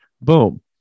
boom